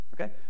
Okay